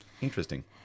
Interesting